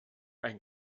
ein